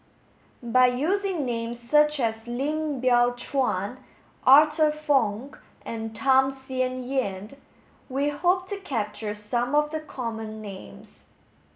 by using names such as Lim Biow Chuan Arthur Fong and Tham Sien Yen tge we hope to capture some of the common names